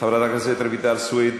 חברת הכנסת רויטל סויד,